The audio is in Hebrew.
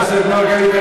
חבר הכנסת אראל מרגלית,